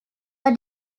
are